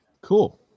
cool